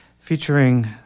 featuring